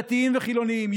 דתיים וחילונים,